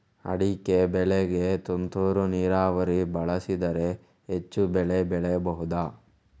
ಅಡಿಕೆ ಬೆಳೆಗೆ ತುಂತುರು ನೀರಾವರಿ ಬಳಸಿದರೆ ಹೆಚ್ಚು ಬೆಳೆ ಬೆಳೆಯಬಹುದಾ?